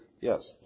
Yes